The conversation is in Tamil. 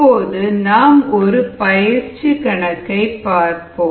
இப்போது நாம் ஒரு பயிர்ச்சி கணக்கை பார்ப்போம்